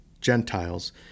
Gentiles